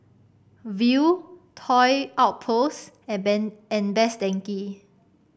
Viu Toy Outpost and and Best Denki